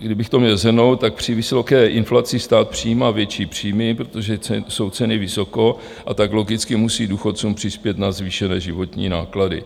Kdybych to měl shrnout, při vysoké inflaci stát přijímá větší příjmy, protože jsou ceny vysoko, a tak logicky musí důchodcům přispět na zvýšené životní náklady.